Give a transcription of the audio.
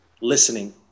listening